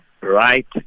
right